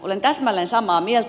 olen täsmälleen samaa mieltä